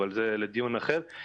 אבל זה כבר לדיון אחר.